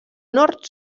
nord